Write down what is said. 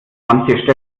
manche